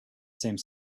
same